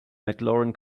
mclaurin